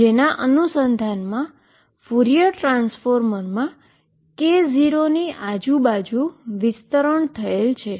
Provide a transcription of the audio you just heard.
જેના અનુસંધાનમાં ફ્યુરિયર ટ્રાન્સફોર્મમાં K૦ ની આજુબાજુ સ્પ્રેડ થયેલ છે